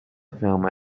film